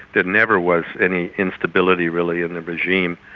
there never was any instability, really, in the regime.